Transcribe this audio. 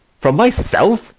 from myself?